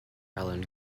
island